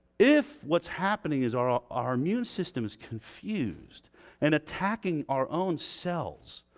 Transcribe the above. if what's happening is our ah our immune system is confused and attacking our own cells,